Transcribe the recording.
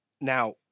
Now